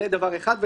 זה דבר אחד.